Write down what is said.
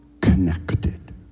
connected